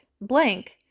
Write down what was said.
blank